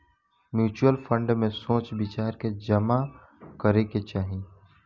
mutual fund में सोच विचार के जामा करे के चाही